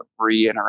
reinteract